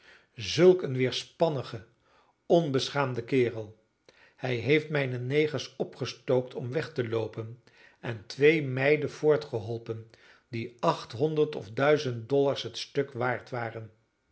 zulk een weerspannige onbeschaamde kerel hij heeft mijne negers opgestookt om weg te loopen en twee meiden voortgeholpen die achthonderd of duizend dollars het stuk waard waren